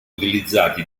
utilizzati